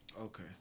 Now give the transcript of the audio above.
Okay